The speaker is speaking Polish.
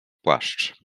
płaszcz